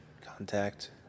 Contact